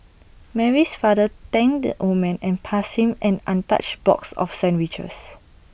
Mary's father thanked the old man and passed him an untouched box of sandwiches